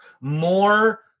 More